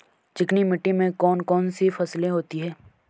चिकनी मिट्टी में कौन कौन सी फसलें होती हैं?